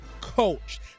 coach